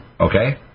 okay